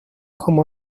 como